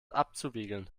abzuwiegeln